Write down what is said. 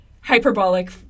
hyperbolic